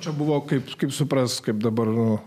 čia buvo kaip kaip suprasti kaip dabar